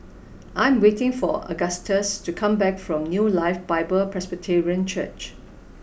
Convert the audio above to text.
I am waiting for Agustus to come back from New Life Bible Presbyterian Church